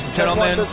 gentlemen